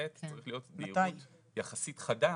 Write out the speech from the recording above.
ב', צריכה להיות בהירות יחסית חדה